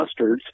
mustards